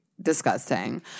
disgusting